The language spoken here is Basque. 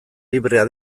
librea